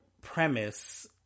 premise